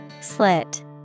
Slit